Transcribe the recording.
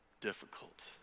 difficult